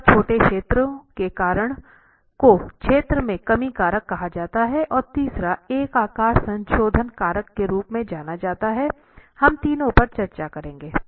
दूसरा छोटे क्षेत्रों के कारण को क्षेत्र में कमी कारक कहा जाता है और तीसरा एक आकार संशोधन कारक के रूप में जाना जाता है हम तीनों पर चर्चा करेंगे